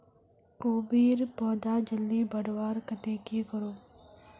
कोबीर पौधा जल्दी बढ़वार केते की करूम?